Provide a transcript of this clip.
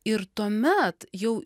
ir tuomet jau